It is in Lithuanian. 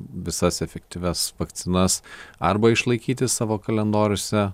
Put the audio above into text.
visas efektyvias vakcinas arba išlaikyti savo kalendoriuose